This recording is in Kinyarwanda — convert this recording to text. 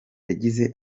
yagize